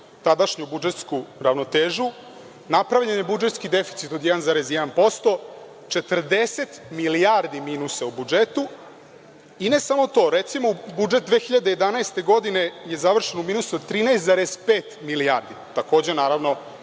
tadašnju budžetsku ravnotežu. Napravljen je budžetski deficit od 1,1%, 40 milijardi minusa u budžetu i ne samo to. Recimo, budžet 2011. godine je završen u minusu od 13,5 milijardi, takođe i